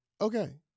Okay